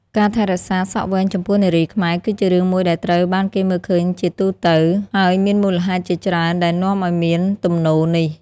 ការថែរក្សាសក់វែងចំពោះនារីខ្មែរ គឺជារឿងមួយដែលត្រូវបានគេមើលឃើញជាទូទៅ ហើយមានមូលហេតុជាច្រើនដែលនាំឲ្យមានទំនោរនេះ។